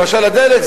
למשל הדלק,